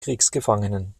kriegsgefangenen